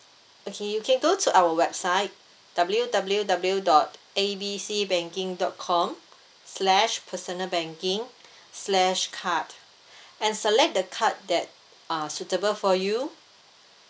okay you can go to our website W_W_W dot A B C banking dot com slash personal banking slash card and select the card that are suitable for you